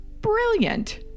Brilliant